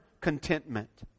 contentment